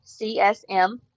CSM